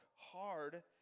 hard